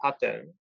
pattern